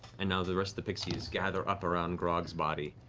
and the rest of the pixies gather up around grog's body,